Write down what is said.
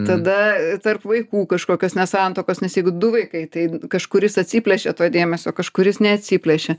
tada tarp vaikų kažkokios nesantaikos nes jeigu du vaikai tai kažkuris atsiplėšia to dėmesio kažkuris neatsiplėšia